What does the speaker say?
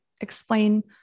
explain